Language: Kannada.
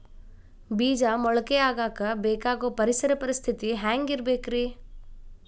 ಬೇಜ ಮೊಳಕೆಯಾಗಕ ಬೇಕಾಗೋ ಪರಿಸರ ಪರಿಸ್ಥಿತಿ ಹ್ಯಾಂಗಿರಬೇಕರೇ?